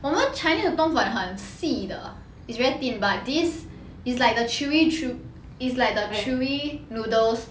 我们 chinese 的冬粉很细的 is very thin but this is like the chewy is like the chewy noodles